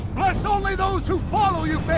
bless only those who follow you,